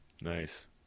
Nice